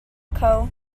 kho